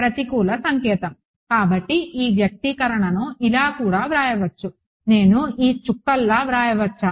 ప్రతికూల సంకేతం కాబట్టి ఈ వ్యక్తీకరణను ఇలా కూడా వ్రాయవచ్చు నేను ఈ చుక్కలా వ్రాయవచ్చా